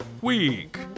weak